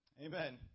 Amen